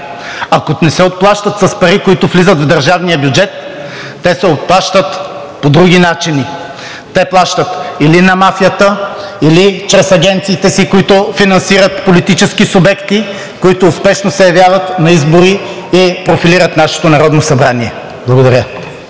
Ако не се отплащат с пари, които влизат в държавния бюджет, те се отплащат по други начини. Те плащат или на мафията, или чрез агенциите си, които финансират политически субекти, които успешно се явяват на избори и профилират нашето Народното събрание. Благодаря.